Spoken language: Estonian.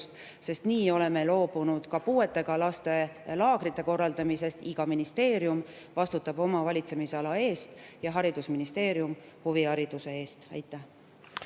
nii oleme loobunud ka puuetega laste laagrite korraldamisest. Iga ministeerium vastutab oma valitsemisala eest ja haridusministeerium [vastutab] huvihariduse eest. Aitäh!